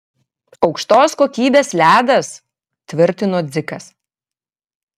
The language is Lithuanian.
aukštos kokybės ledas tvirtino dzikas